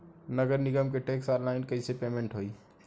नगर निगम के टैक्स ऑनलाइन कईसे पेमेंट होई?